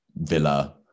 Villa